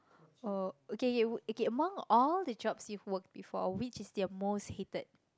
oh okay okay okay among all the jobs you've worked before which is the most hated